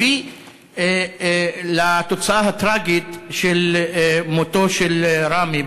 הביא לתוצאה הטרגית של מותו של ראמי,